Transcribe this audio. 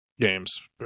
games